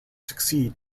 succeed